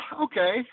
Okay